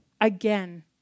again